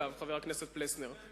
חבר הכנסת פלסנר,